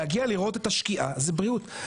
להגיע לראות את השקיעה זה בריאות.